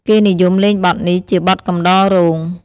គេនិយមលេងបទនេះ ជាបទកំដររោង។